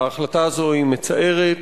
ההחלטה הזאת היא מצערת,